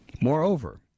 Moreover